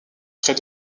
près